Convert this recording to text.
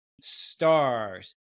stars